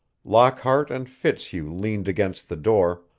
lockhart and fitzhugh leaned against the door,